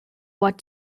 what